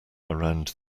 around